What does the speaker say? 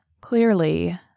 Clearly